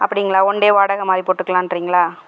அப்படிங்களா one day வாடகை மாதிரி போட்டுக்கலான்றிங்களா